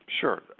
Sure